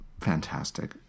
fantastic